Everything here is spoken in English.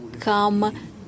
come